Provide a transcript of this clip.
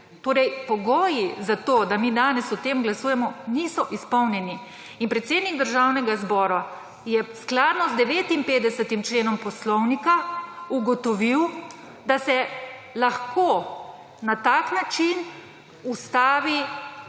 Torej pogoji za to, da mi danes o tem glasujemo, niso izpolnjeni. In predsednik Državnega zbora je skladno z 59. členom poslovnika ugotovil, da se lahko na tak način ustavi